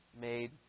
made